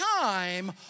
time